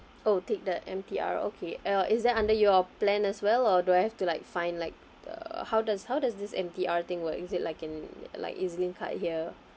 oh take the M_T_R okay uh is that under your plan as well or do I have to like find like uh how does how does this M_T_R thing work is it like in is it like E_Z Link card here